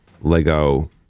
Lego